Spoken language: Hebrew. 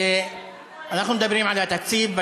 אנחנו מדברים על התקציב.